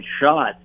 shot